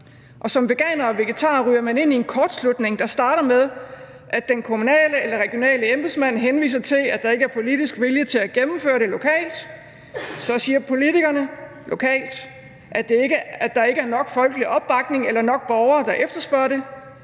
som veganer og vegetar ryger man ind i en kortslutning, der starter med, at den kommunale eller regionale embedsmand henviser til, at der ikke er politisk vilje til at gennemføre det lokalt. Så siger politikerne lokalt, at der ikke er nok folkelig opbakning eller nok borgere, der efterspørger det.